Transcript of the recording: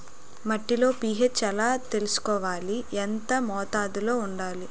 మట్టిలో పీ.హెచ్ ఎలా తెలుసుకోవాలి? ఎంత మోతాదులో వుండాలి?